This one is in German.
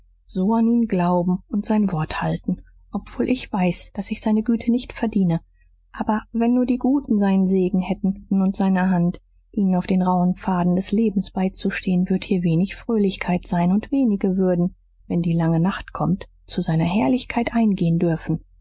so an ihn glauben und sein wort halten obwohl ich weiß daß ich seine güte nicht verdiene aber wenn nur die guten seinen segen hätten und seine hand ihnen auf den rauhen pfaden des lebens beizustehen würd hier wenig fröhlichkeit sein und wenige würden wenn die lange nacht kommt zu seiner herrlichkeit eingehen dürfen